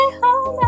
home